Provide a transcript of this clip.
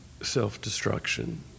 self-destruction